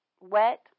wet